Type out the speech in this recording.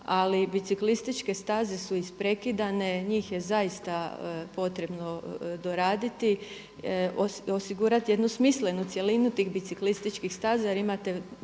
Ali biciklističke staze su isprekidane. Njih je zaista potrebno doraditi, osigurati jednu smislenu cjelinu tih biciklističkih staza, jer imate do